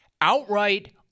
Outright